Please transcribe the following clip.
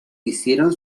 hicieron